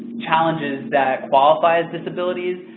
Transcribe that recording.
challenges that qualify as disabilities,